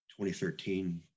2013